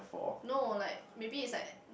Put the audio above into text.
no like maybe is like